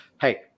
Hey